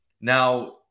Now